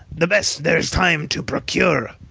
the best there is time to procure.